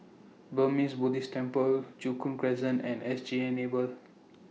Burmese Buddhist Temple Joo Koon Crescent and S G Enable